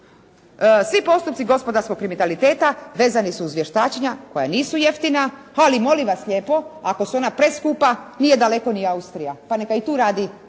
Svi postupci gospodarskog kriminaliteta vezani su uz vještačenja koja nisu jeftina ali molim vas lijepo ako su ona preskupa nije daleko ni Austrija. Pa neka i tu radi